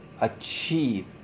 achieve